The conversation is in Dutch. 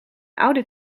oude